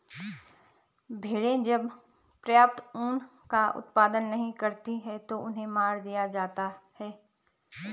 भेड़ें जब पर्याप्त ऊन का उत्पादन नहीं करती हैं तो उन्हें मार दिया जाता है